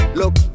look